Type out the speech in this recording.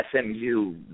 SMU